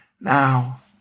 now